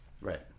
right